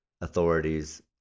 authorities